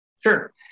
Sure